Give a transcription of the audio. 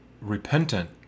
repentant